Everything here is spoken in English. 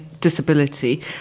disability